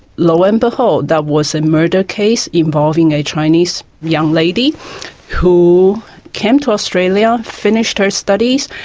lo and behold that was a murder case involving a chinese young lady who came to australia, finished her studies,